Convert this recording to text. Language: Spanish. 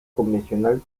convencional